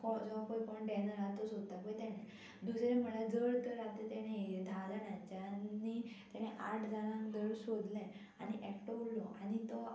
तो जो कोण डॅनर हा तो सोदता पय तेणें दुसरें म्हळ्यार जर तर आतां तेणें हे धा जाणांच्यानी तेणे आठ जाणांक जर सोदलें आनी एकटो उरलो आनी तो